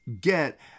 get